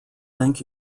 thank